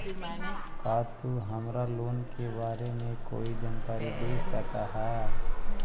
का तु हमरा लोन के बारे में कोई जानकारी दे सकऽ हऽ?